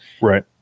right